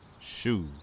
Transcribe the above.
shoes